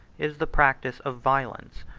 is the practice of violence,